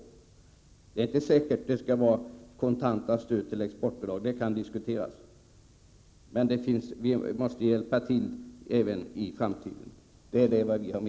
Men det är inte säkert att det skall vara i form av kontant exportstöd. Det kan diskuteras. Vi måste dock hjälpa till även på detta område.